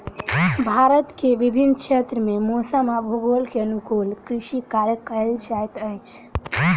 भारत के विभिन्न क्षेत्र में मौसम आ भूगोल के अनुकूल कृषि कार्य कयल जाइत अछि